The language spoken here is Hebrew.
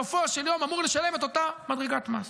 אמור לשלם את אותה מדרגת מס.